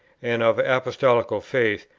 and of apostolical faith,